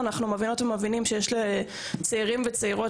אנחנו מבינות ומבינים שיש לצעירים וצעירות